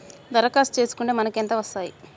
దరఖాస్తు చేస్కుంటే మనకి ఎంత వస్తాయి?